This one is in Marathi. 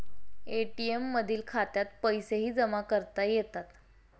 ए.टी.एम मधील खात्यात पैसेही जमा करता येतात